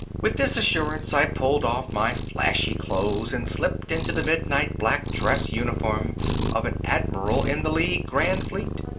with this assurance i pulled off my flashy clothes and slipped into the midnight black dress uniform of an admiral in the league grand fleet.